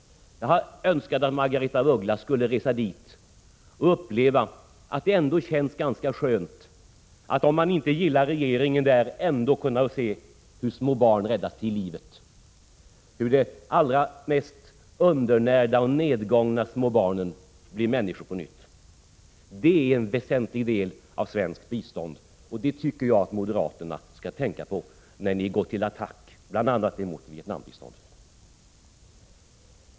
Jag har önskat att Margaretha af Ugglas skulle resa dit och uppleva att det ändå känns ganska skönt att — även om man inte gillar regeringen där — kunna se hur små barn räddas till livet, hur de allra mest undernärda och nedgångna små barnen blir människor på nytt. Det är en väsentlig del av svenskt bistånd, och detta tycker jag att moderaterna skall tänka på när ni går till attack bl.a. mot Vietnambiståndet.